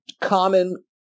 common